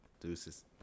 deuces